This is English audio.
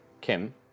Kim